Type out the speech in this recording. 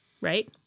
right